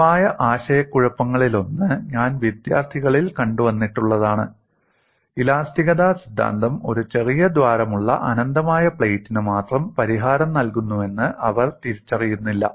പൊതുവായ ആശയക്കുഴപ്പങ്ങളിലൊന്ന് ഞാൻ വിദ്യാർത്ഥികളിൽ കണ്ടുവന്നിട്ടുള്ളതാണ് ഇലാസ്തികത സിദ്ധാന്തം ഒരു ചെറിയ ദ്വാരമുള്ള അനന്തമായ പ്ലേറ്റിന് മാത്രം പരിഹാരം നൽകുന്നുവെന്ന് അവർ തിരിച്ചറിയുന്നില്ല